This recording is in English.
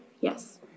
Yes